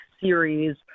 series